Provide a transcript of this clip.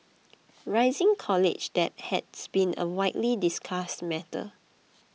rising college debt has been a widely discussed matter